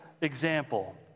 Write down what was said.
example